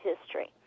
history